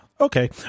Okay